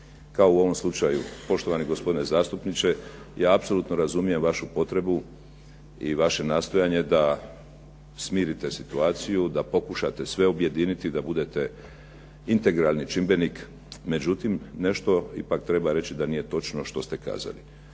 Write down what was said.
kao u ovom slučaju. Poštovani gospodine zastupniče, ja apsolutno razumijem vašu potrebu i vaše nastojanje da smirite situaciju, da pokušate sve objediniti, da budete integralni čimbenik. Međutim, nešto ipak treba reći da nije točno što ste kazali.